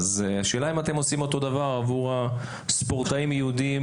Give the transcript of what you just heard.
אז השאלה אם אתם עושים אותו דבר עבור הספורטאים היהודים